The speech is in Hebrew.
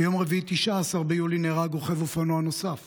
ביום רביעי 19 ביולי נהרג רוכב אופנוע נוסף